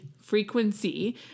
frequency